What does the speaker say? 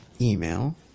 email